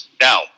Now